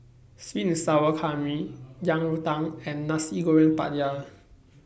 Sweet and Sour Calamari Yang Rou Tang and Nasi Goreng Pattaya